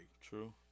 True